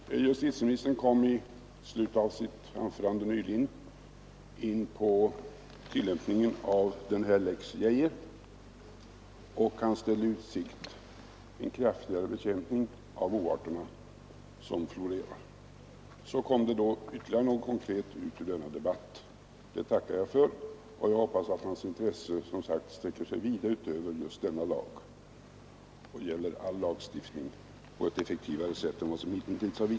Herr talman! Justitieministern kom i slutet av sitt anförande nyss in på tillämpningen av lex Geijer och ställde i utsikt en kraftigare bekämpning av de oarter som florerar. Så kom det då ytterligare någonting konkret ut ur denna debatt. Det tackar jag för, och jag hoppas att justitieministerns intresse, som sagt, skall sträcka sig vida utöver denna lag och gälla all lagstiftning på ett effektivare sätt än hitintills.